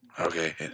Okay